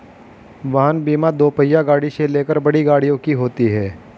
वाहन बीमा दोपहिया गाड़ी से लेकर बड़ी गाड़ियों की होती है